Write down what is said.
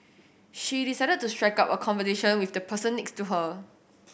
she decided to strike up a conversation with the person next to her